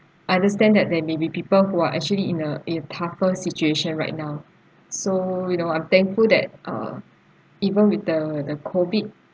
I understand that there maybe people who are actually in a in a tougher situation right now so you know I'm thankful that uh even with the the COVID